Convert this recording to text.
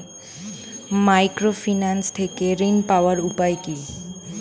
Microfinance থেকে ঋণ পাওয়ার উপায় কি?